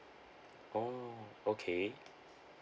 oh okay